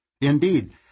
Indeed